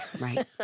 Right